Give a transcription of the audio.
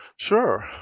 Sure